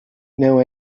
know